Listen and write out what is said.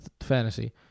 fantasy